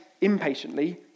impatiently